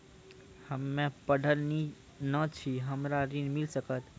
हम्मे पढ़ल न छी हमरा ऋण मिल सकत?